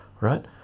right